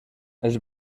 els